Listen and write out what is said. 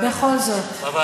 שלושה חודשים.